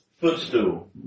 footstool